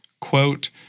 quote